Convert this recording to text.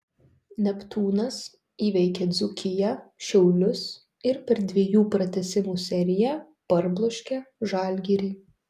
neptūnas įveikė dzūkiją šiaulius ir per dviejų pratęsimų seriją parbloškė žalgirį